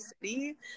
city